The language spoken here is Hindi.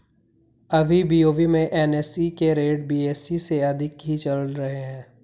अभी बी.ओ.बी में एन.एस.ई के रेट बी.एस.ई से अधिक ही चल रहे हैं